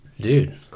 dude